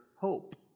hope